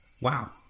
Wow